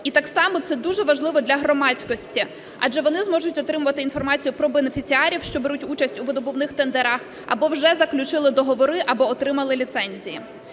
І так само це дуже важливо для громадськості, адже вони зможуть отримувати інформацію про бенефіціарів, що беруть участь у видобувних тендерах, або вже заключили договори, або отримали ліцензії.